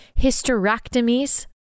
hysterectomies